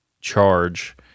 charge